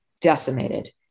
decimated